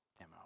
MO